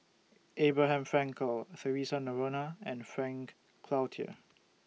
Abraham Frankel Theresa Noronha and Frank Cloutier